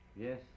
Yes